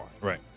Right